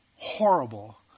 horrible